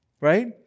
right